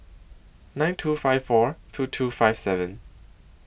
nine two five four two two five seven